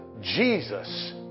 Jesus